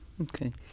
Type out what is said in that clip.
Okay